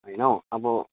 होइन अब